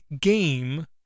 game